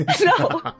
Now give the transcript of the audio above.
No